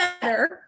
better